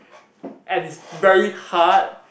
and it's very hard